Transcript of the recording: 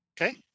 Okay